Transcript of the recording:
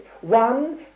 One